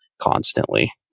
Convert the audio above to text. constantly